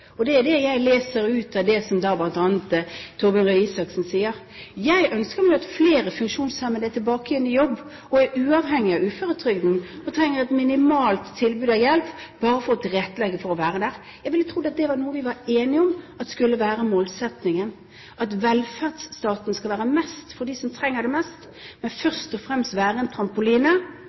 Og det er det jeg leser ut av det bl.a. Torbjørn Røe Isaksen sier. Jeg ønsker meg flere funksjonshemmede tilbake igjen i jobb og uavhengig av uføretrygden, og at de trenger et minimalt tilbud av hjelp for tilrettelegging for å være der. Jeg trodde noe vi var enige om skulle være målsetningen, var at velferdsstaten skal være mest for dem som trenger den mest, men først og fremst være en trampoline